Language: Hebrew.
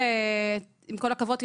עם כל הכבוד,